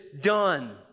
done